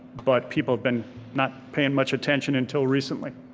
but people have been not paying much attention until recently.